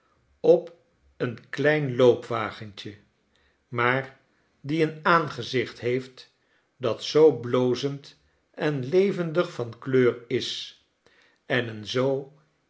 op een klein loopwagentje maar die een aangezicht heeft dat zoo blozend en levendig van kleur is en een zoo